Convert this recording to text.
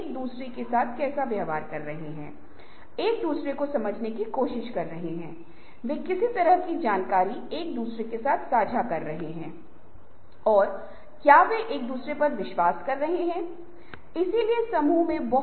यदि आप ऐसा करते हैं क्योंकि यह आपका मुख्य उद्देश्य अध्ययन करना है तो आप अपना समय प्रभावी रूप से प्रबंधित कर सकते हैं और प्रभावी हो सकते हैं